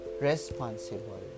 responsible